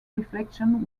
reflection